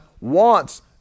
wants